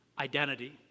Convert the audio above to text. identity